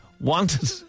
wanted